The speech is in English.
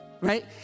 Right